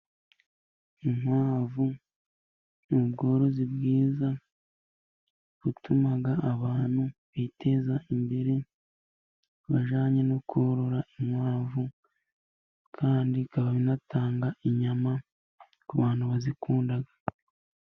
Inkwavu ni ubworozi bwiza butuma abantu biteza imbere, bajyanye no korora inkwavu, kandi bikaba binatanga inyama ku bantu bazikunda.